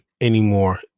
anymore